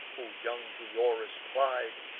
whom young diores plied,